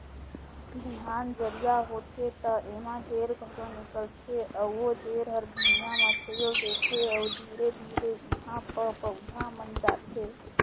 बिहान जरिया होथे त एमा जेर घलो निकलथे अउ ओ जेर हर भुइंया म चयेल देथे अउ धीरे धीरे एहा प पउधा बन जाथे